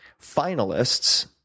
finalists